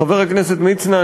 חבר הכנסת מצנע,